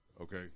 Okay